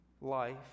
life